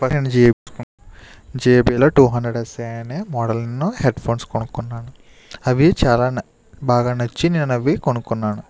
పటని JBL two hundred SA అనే మోడల్ను headphones కొనుక్కున్నాను అవి చాలా నచ్చి బాగా నచ్చి అవి నేను కొనుక్కున్నాను